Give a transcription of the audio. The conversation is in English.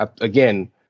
again